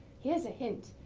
here's a hint,